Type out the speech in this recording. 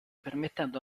permettendo